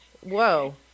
Whoa